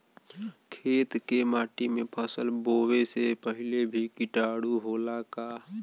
खेत के माटी मे फसल बोवे से पहिले भी किटाणु होला का?